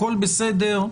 הכול בסדר.